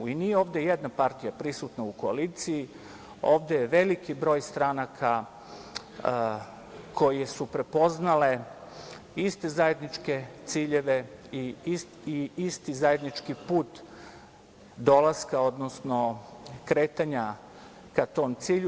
Nije ovde jedna partija prisutna u koaliciji, ovde je veliki broj stranaka koje su prepoznale iste zajedničke ciljeve i isti zajednički put dolaska, odnosno kretanja ka tom cilju.